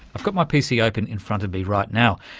i've got my pc open in front of me right now,